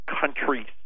countries